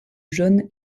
jaune